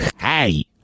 Hey